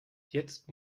jetzt